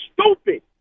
stupid